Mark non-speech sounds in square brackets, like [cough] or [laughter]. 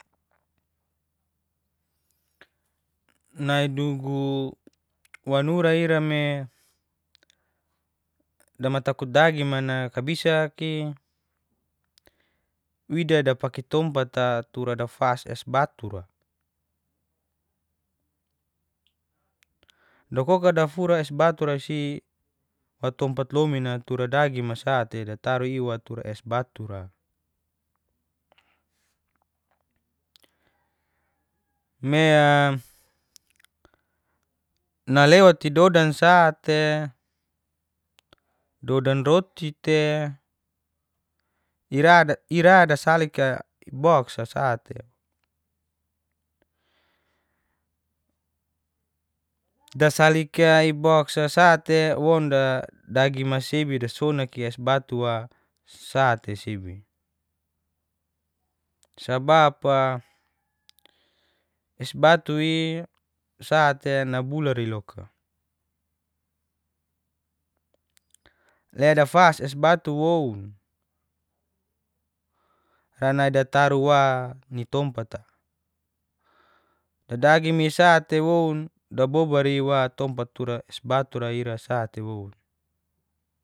Nai dugu wanura ira me damatakut dagima nakabisaki. Wida dapaki tompata tura dafas es batura. [hesitation] dakoka dafura es batura si wa tompat lomina tura dagim sa'te dataru iwa tura es batura mea [hesitation] nalewti dodan sa tea, dodan roti te, [hesitation] ira dasalik boksa sa'te. Daslik boksa sa'te waun da dagima sebi, dasonaki es batu wa sate sebi. Sabapa es batui sate nabulari loka. Ledafasi es batu woun [hesitation] nai dataru wa nitompata. Dagim isa'te woun dabobari wa tompat tura es batura ira sa'te woun.